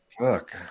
Fuck